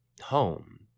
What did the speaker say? home